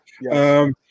yes